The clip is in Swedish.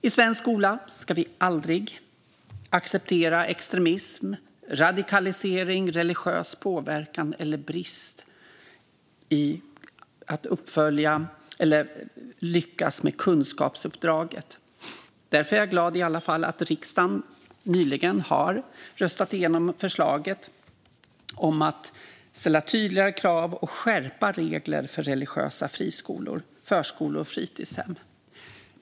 I svensk skola ska vi aldrig acceptera extremism, radikalisering, religiös påverkan eller brister i att lyckas med kunskapsuppdraget. Därför är jag glad att riksdagen nyligen har röstat igenom ett förslag om att ställa tydligare krav och skärpa regler för religiösa friskolor, förskolor och fritidshem.